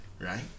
Right